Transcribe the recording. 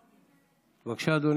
בבקשה, אדוני.